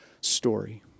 story